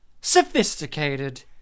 Sophisticated